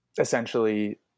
essentially